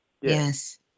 Yes